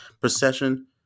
procession